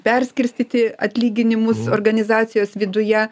perskirstyti atlyginimus organizacijos viduje